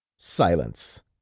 silence